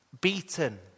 beaten